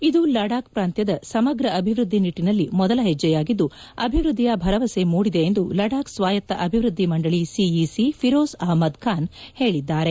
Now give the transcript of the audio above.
ಇದು ಲಡಾಖ್ ಪ್ರಾಂತ್ಯದ ಸಮಗ್ರ ಅಭಿವೃದ್ದಿ ನಿಟ್ಟಿನಲ್ಲಿ ಮೊದಲ ಹೆಜ್ಜೆಯಾಗಿದ್ದು ಅಭಿವೃದ್ದಿಯ ಭರವಸೆ ಮೂಡಿದೆ ಎಂದು ಲಡಾಖ್ ಸ್ವಾಯತ್ತ ಅಭಿವೃದ್ದಿ ಮಂಡಳಿ ಸಿಇಸಿ ಫಿರೋಜ್ ಆಹ್ಮದ್ ಖಾನ್ ಹೇಳಿದ್ದಾರೆ